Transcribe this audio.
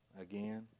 again